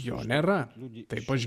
jo nėra liudyti taip aš